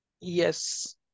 Yes